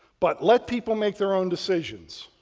but let people make their own decisions,